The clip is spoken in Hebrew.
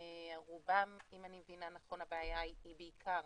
אם אני מבינה נכון הבעיה היא בעיקר